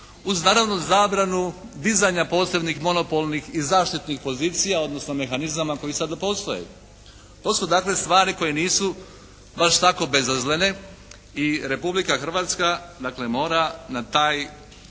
uz naravno zabranu dizanja posebnih monopolnih i zaštitnih pozicija odnosno mehanizama koji sada postoje. To su dakle stvari koje nisu baš tako bezazlene i Republika Hrvatska dakle mora na taj aspekt